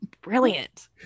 brilliant